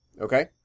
Okay